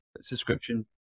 subscription